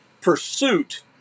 pursuit